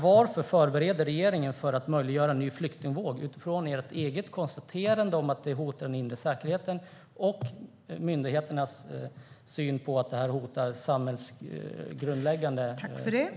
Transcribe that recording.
Varför förbereder regeringen för en ny flyktingvåg efter ert eget konstaterande att det hotar den inre säkerheten och myndigheternas syn - att detta hotar samhällets grundläggande funktioner?